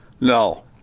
No